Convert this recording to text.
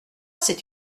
c’est